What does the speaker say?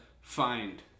find